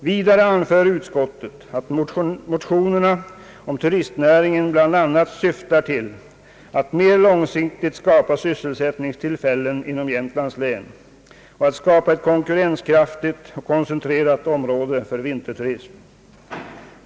Vidare anför utskottet att motionerna bl.a. syftar till att mer långsiktigt skapa sysselsättningstillfällen inom Jämtlands län och att skapa ett konkurrenskraftigt och koncentrerat område för vinterturism.